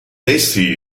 essi